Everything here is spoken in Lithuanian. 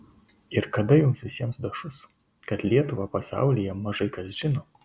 ir kada jums visiems dašus kad lietuvą pasaulyje mažai kas žino